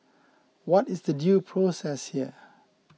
what is the due process here